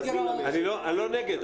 אני לא נגד.